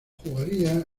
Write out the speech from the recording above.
jugaría